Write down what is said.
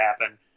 happen